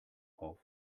auf